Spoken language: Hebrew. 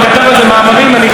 אני חייב להגיד לכם,